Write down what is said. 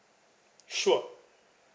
sure